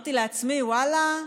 אמרתי לעצמי: ואללה,